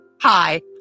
Hi